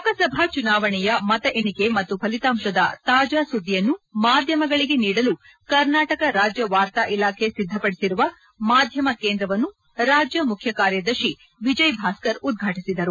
ಲೋಕಸಭಾ ಚುನಾವಣೆಯ ಮತ ಎಣಿಕೆ ಮತ್ತು ಫಲಿತಾಂಶದ ತಾಜಾಸುದ್ದಿಯನ್ನು ಮಾಧ್ಯಮಗಳಿಗೆ ನೀಡಲು ಕರ್ನಾಟಕ ರಾಜ್ಯ ವಾರ್ತಾಇಲಾಖೆ ಸಿದ್ಧಪಡಿಸಿರುವ ಮಾಧ್ಯಮ ಕೇಂದ್ರವನ್ನು ರಾಜ್ಯ ಮುಖ್ಯಕಾರ್ಯದರ್ಶಿ ವಿಜಯ ಭಾಸ್ಕರ್ ಉದ್ವಾಟಿಸಿದರು